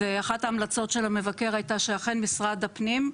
ואחת ההמלצות של המבקר הייתה שאכן משרד הפנים,